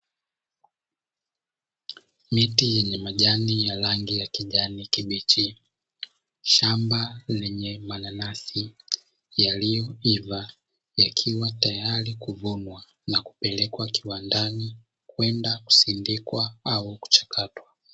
Miti yenye majani ya rangi ya kijani kibichi, shamba lenye mananasi yaliyoiva, yakiwa tayari kuvunwa na kupelekwa kiwandani, kwenda kusindikwa au kuchakatwa.